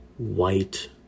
white